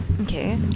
okay